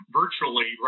virtually